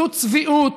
זו צביעות.